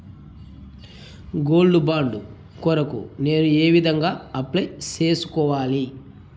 Gold bond కొరకు నేను ఏ విధంగా అప్లై సేసుకోవాలి?